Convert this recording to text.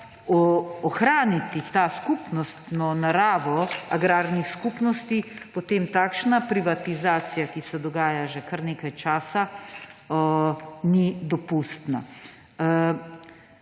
ohraniti to skupnostno naravo agrarnih skupnosti, potem takšna privatizacija, ki se dogaja že kar nekaj časa, ni dopustna.